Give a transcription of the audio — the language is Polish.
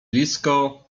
blisko